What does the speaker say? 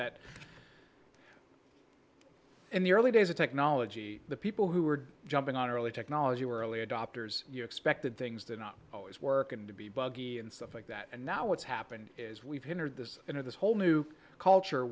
that in the early days of technology the people who were jumping on early technology were early adopters expected things to not always work and to be buggy and stuff like that and now what's happened is we've heard this into this whole new culture